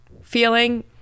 feeling